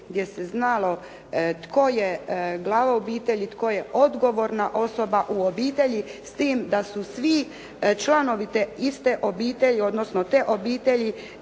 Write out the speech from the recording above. gdje se znalo tko je glava obitelji, tko je odgovorna osoba u obitelji, s tim da su svi članovi te iste obitelji, odnosno te obitelji